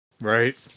Right